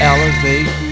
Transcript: Elevate